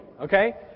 okay